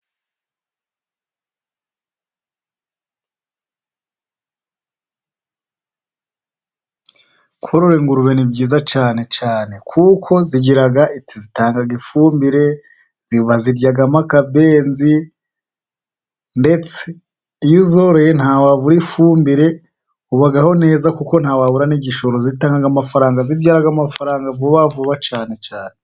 Korora ingurube ni byiza cyane cyane kuko zigira zitanga ifumbire, baziryamo akabenzi ndetse iyo uzoroye ntiwabura ifumbire. Ubaho neza kuko ntiwaburara n'igishoro zitanga amafaranga zibyara amafaranga vuba vuba cyane.